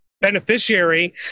beneficiary